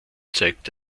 zeigt